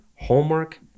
homework